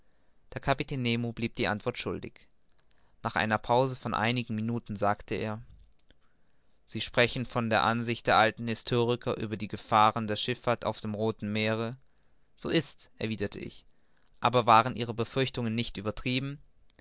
der kapitän nemo blieb die antwort schuldig nach einer pause von einigen minuten sagte er sie sprachen mir von der ansicht der alten historiker über die gefahren der schifffahrt auf dem rothen meere so ist's erwiderte ich aber waren ihre befürchtungen nicht übertrieben